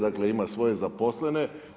Dakle, ima svoje zaposlene.